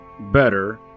better